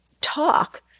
talk